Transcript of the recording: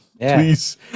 Please